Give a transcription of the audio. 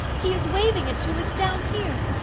he is waving it to us down here!